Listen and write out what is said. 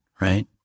right